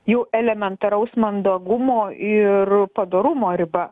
jau elementaraus mandagumo ir padorumo riba